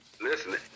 Listen